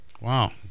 Wow